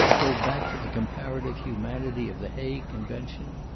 go back to the comparative humanity of the hague convention?